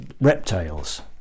reptiles